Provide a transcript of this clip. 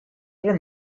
there